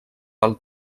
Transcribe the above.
pel